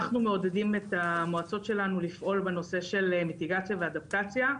אנחנו מעודדים את המועצות שלנו לפעול בנושא של מיטיגציה ואדפטציה.